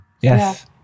Yes